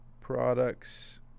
products